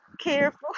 careful